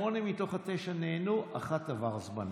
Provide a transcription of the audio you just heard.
שמונה מתוך התשע נענו, אחת, עבר זמנה.